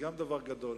גם זה דבר גדול,